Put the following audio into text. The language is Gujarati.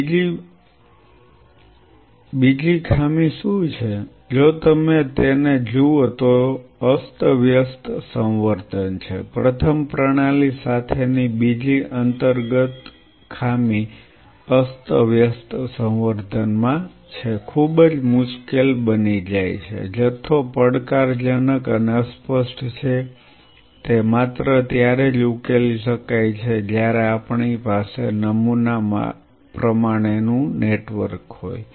બીજું બીજી ખામી શું છે જો તમે તેને જુઓ તો અસ્તવ્યસ્ત સંવર્ધન છે પ્રથમ પ્રણાલી સાથેની બીજી અંતર્ગત ખામી અસ્તવ્યસ્ત સંવર્ધન માં છે ખૂબ જ મુશ્કેલ બની જાય છે જથ્થો પડકારજનક અને અસ્પષ્ટ છે તે માત્ર ત્યારે જ ઉકેલી શકાય છે જ્યારે આપણી પાસે નમૂના પ્રમાણેનું નેટવર્ક હોય